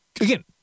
again